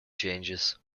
changes